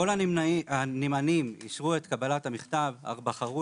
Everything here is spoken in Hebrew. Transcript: כל הנמענים אישרו את קבלת המכתב אך בחרו